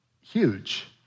huge